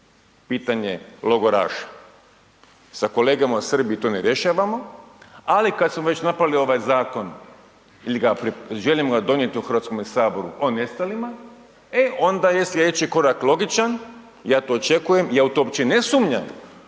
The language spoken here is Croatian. pitanje logoraša, sa kolegama u Srbiji to ne rješavamo, ali kad smo već napravili ovaj zakon ili ga želimo donijeti u HS o nestalima, e onda je slijedeći korak logičan, ja to očekujem, ja u to uopće i ne sumnjam